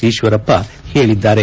ಈತ್ವರಪ್ಪ ಹೇಳದ್ದಾರೆ